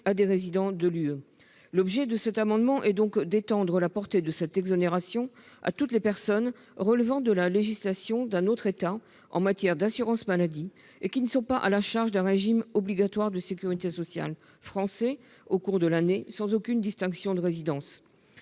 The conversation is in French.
les résidents de l'Union européenne. L'objet de cet amendement est donc d'étendre la portée de cette exonération à toutes les personnes relevant de la législation d'un autre État en matière d'assurance maladie et qui ne sont pas soumises à un régime obligatoire de sécurité sociale français au cours de l'année, sans aucune distinction de résidence.